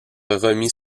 remis